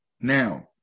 Now